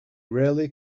rarely